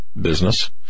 business